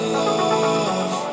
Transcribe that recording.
love